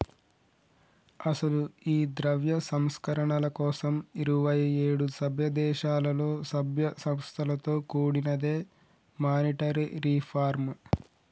అసలు ఈ ద్రవ్య సంస్కరణల కోసం ఇరువైఏడు సభ్య దేశాలలో సభ్య సంస్థలతో కూడినదే మానిటరీ రిఫార్మ్